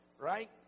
right